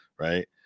right